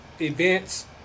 events